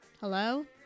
Hello